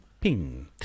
Ping